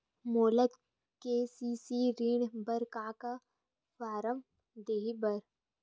मोला के.सी.सी ऋण बर का का फारम दही बर?